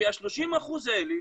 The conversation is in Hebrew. ש-30% האלה